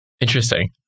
Interesting